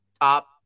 top